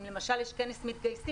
אם למשל יש כנס מתגייסים,